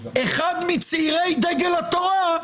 אחד מצעירי דגל התורה,